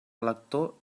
lector